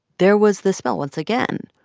there was the smell once again,